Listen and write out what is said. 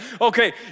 okay